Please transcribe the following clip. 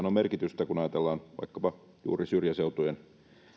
on merkitystä kun ajatellaan vaikkapa juuri syrjäseutujen